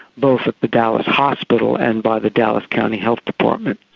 both at the dallas hospital and by the dallas county health department.